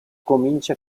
comincia